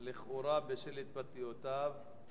לכאורה בשל התבטאויותיו,